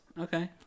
Okay